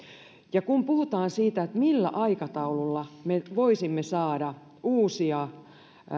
kun puhutaan siitä millä aikataululla me voisimme saada uusia